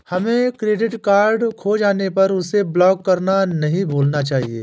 हमें credit card खो जाने पर उसे ब्लॉक करना नहीं भूलना चाहिए